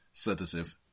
sedative